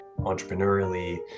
entrepreneurially